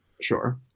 Sure